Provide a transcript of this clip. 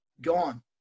gone